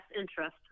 interest